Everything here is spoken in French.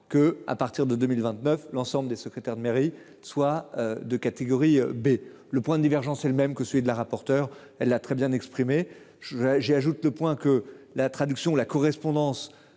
que à partir de 2029 l'ensemble des secrétaires de mairie soit de catégorie B le point divergence est le même que celui de la rapporteure elle a très bien exprimé j'j'ai ajoute le point que la traduction la correspondance.